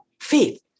faith